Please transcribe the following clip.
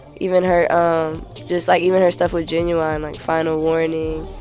even her just, like, even her stuff was ginuwine, like final warning,